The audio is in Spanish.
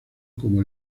como